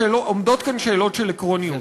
עומדות כאן גם שאלות של עקרוניוּת,